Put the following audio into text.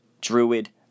Druid